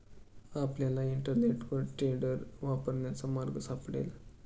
आपल्याला इंटरनेटवर टेंडर वापरण्याचा मार्ग सापडेल